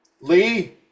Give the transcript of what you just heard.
Lee